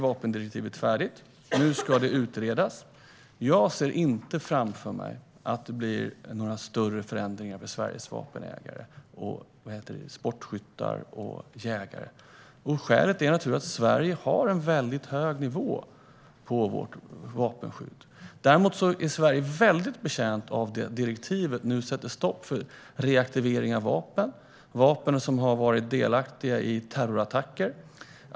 Vapendirektivet är färdigt och ska utredas. Jag ser inte framför mig att det blir några större förändringar för Sveriges sportskyttar och jägare. Skälet är att Sverige har en hög nivå på sitt vapenskydd. Sverige är dock väldigt betjänt av det som direktivet sätter stopp för, bland annat reaktivering av vapen och vapen som har använts i terrorattacker.